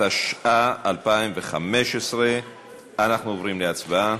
התשע"ה 2015. אנחנו עוברים להצבעה.